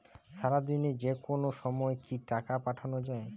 সারাদিনে যেকোনো সময় কি টাকা পাঠানো য়ায়?